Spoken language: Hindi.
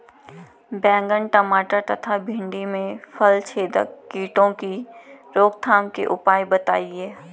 बैंगन टमाटर तथा भिन्डी में फलछेदक कीटों की रोकथाम के उपाय बताइए?